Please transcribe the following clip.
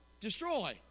Destroy